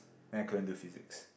then I couldn't do physics